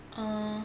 uh